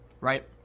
right